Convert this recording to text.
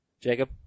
Jacob